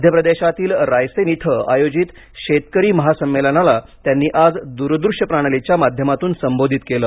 मध्य प्रदेशातील रायसेन इथ आयोजित शेतकरी महासंमेलनाला त्यांनी आज द्रदृश्य प्रणालीच्या माध्यमातून संबोधित केलं